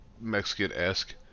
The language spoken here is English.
Mexican-esque